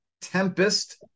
Tempest